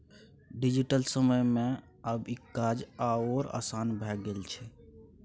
digital समय मे आब ई काज आओर आसान भए गेल छै